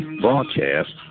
Broadcast